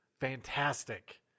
fantastic